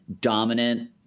dominant